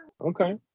Okay